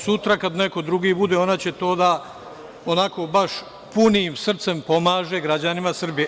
Sutra kada neko drugi bude, ona će to da, onako, baš punim srcem, pomaže građanima Srbije.